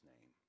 name